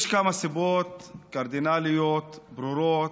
יש כמה סיבות קרדינליות ברורות,